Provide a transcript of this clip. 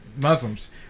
Muslims